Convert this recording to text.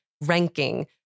ranking